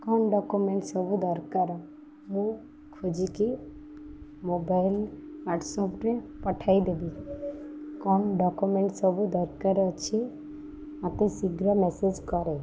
କ'ଣ ଡ଼କ୍ୟୁମେଣ୍ଟ ସବୁ ଦରକାର ମୁଁ ଖୋଜିକି ମୋବାଇଲ୍ ହ୍ୱାଟ୍ସପ୍ରେ ପଠାଇଦେବି କ'ଣ ଡ଼କ୍ୟୁମେଣ୍ଟ ସବୁ ଦରକାର ଅଛି ମୋତେ ଶୀଘ୍ର ମେସେଜ୍ କରେ